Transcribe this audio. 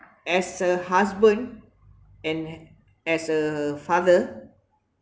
as a husband and as a father